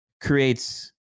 creates